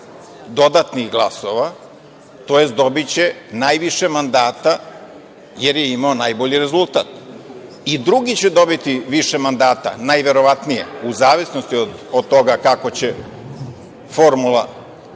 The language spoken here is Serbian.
dodatnih glasova, tj. dobiće najviše mandata jer je imao najbolji rezultat. I drugi će dobiti više mandata, najverovatnije, u zavisnosti od toga kako će formula